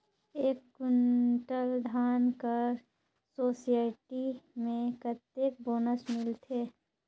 एक कुंटल धान कर सोसायटी मे कतेक बोनस मिलथे?